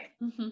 Right